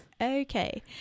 Okay